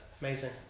amazing